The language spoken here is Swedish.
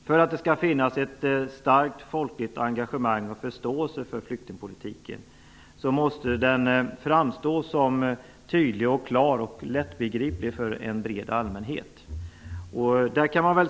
För att det skall finnas ett starkt folkligt engagemang och en förståelse för flyktingpolitiken måste den framstå som tydlig, klar och lättbegriplig för en bred allmänhet.